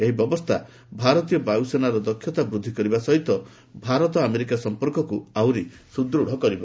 ଏହି ବ୍ୟବସ୍ଥା ଭାରତୀୟ ବାୟୁସେନାର ଦକ୍ଷତା ବୃଦ୍ଧି କରିବା ସହିତ ଭାରତ ଆମେରିକା ସମ୍ପର୍କକୁ ଆହୁରି ସୁଦୃଢ଼ କରିବ